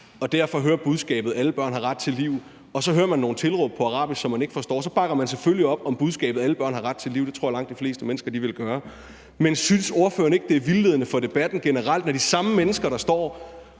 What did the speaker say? og derfor hører budskabet, at alle børn har ret til liv, og så hører nogle tilråb på arabisk, som man ikke forstår, bakker man selvfølgelig op om budskabet, at alle børn har ret til liv; det tror jeg langt de fleste mennesker ville gøre. Men synes ordføreren ikke, det er vildledende for debatten generelt, når de samme mennesker, der står